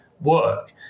work